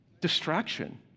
distraction